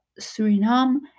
Suriname